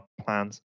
plans